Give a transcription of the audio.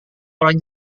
orang